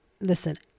listen